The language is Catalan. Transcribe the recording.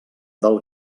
del